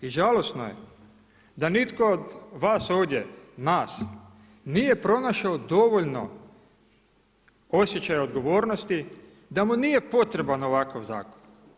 I žalosno je da nitko od vas ovdje, nas, nije pronašao dovoljno osjećaja odgovornosti da mu nije potreban ovakav zakon.